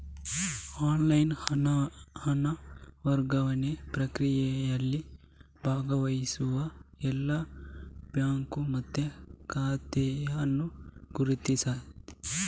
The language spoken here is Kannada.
ಆನ್ಲೈನ್ ಹಣ ವರ್ಗಾವಣೆ ಪ್ರಕ್ರಿಯೆಯಲ್ಲಿ ಭಾಗವಹಿಸುವ ಎಲ್ಲಾ ಬ್ಯಾಂಕು ಮತ್ತೆ ಶಾಖೆಯನ್ನ ಗುರುತಿಸ್ತದೆ